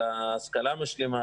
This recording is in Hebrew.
של ההשכלה המשלימה,